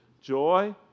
Joy